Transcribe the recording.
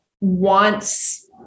wants